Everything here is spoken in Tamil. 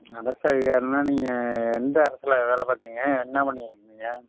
நீங்கள் எந்த இடத்துல வேலை பார்க்குறீங்க என்ன பண்ணிகிட்ருக்கீங்க